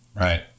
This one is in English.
Right